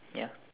ya